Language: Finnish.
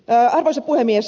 arvoisa puhemies